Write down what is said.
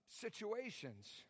situations